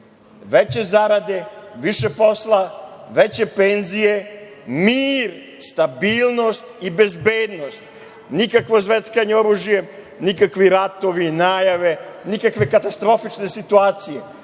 veće zarade, više posla, veće penzije, mir stabilnost i bezbednost. Nikakvo zveckanje oružje, nikakvi ratovi, najave, nikakve katastrofične situacije. Naravno,